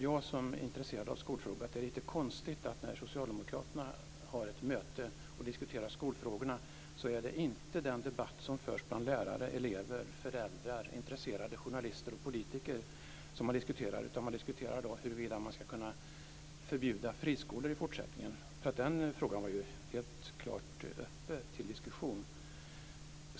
Jag som är intresserad av skolfrågor tycker att det är lite konstigt att när socialdemokraterna har ett möte och diskuterar skolfrågorna är det inte den debatt som förs bland lärare, elever, föräldrar, intresserade journalister och politiker som man tar upp, utan man diskuterar huruvida man ska kunna förbjuda friskolor i fortsättningen. Den frågan var helt klart uppe till diskussion.